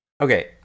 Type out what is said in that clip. Okay